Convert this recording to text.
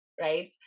right